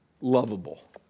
lovable